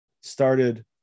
started